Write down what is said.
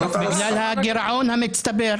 בגלל הגירעון המצטבר.